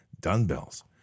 dumbbells